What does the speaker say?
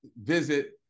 visit